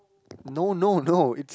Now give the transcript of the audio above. no no no it's